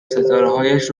ستارههاش